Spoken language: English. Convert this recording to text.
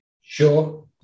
Sure